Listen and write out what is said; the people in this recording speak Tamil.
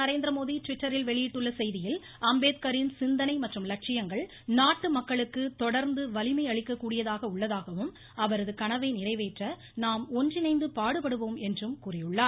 நரேந்திரமோடி ட்விட்டரில் வெளியிட்டுள்ள செய்தியில் அம்பேத்காரின் சிந்தனை மற்றும் லட்சியங்கள் நாட்டு மக்களுக்கு தொடர்ந்து வலிமை அளிக்கக்கூடியதாக உள்ளதாகவும் அவரது கனவை நிறைவேற்ற நாம் ஒன்றிணைந்து பாடுபடுவோம் என்றும் கூறியுள்ளார்